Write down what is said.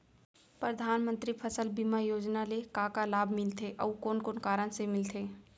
परधानमंतरी फसल बीमा योजना ले का का लाभ मिलथे अऊ कोन कोन कारण से मिलथे?